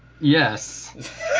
Yes